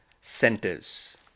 centers